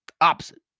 opposite